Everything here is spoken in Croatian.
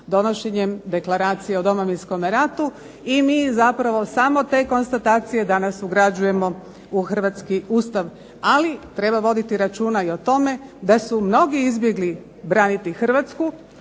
donošenjem Deklaracije o Domovinskom ratu i mi samo te konstatacije danas ugrađujemo u Hrvatski ustav. Ali treba voditi računa o tome da su mnogi izbjegli braniti Hrvatsku,